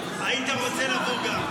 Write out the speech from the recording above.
היית גם רוצה לבוא.